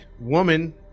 woman